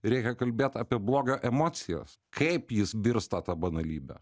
reikia kalbėt apie blogio emocijos kaip jis virsta ta banalybe